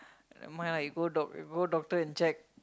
never mind lah you go doc~ you go doctor and check